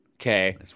Okay